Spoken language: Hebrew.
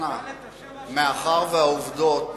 אל תאלץ אותי להוציא אותך,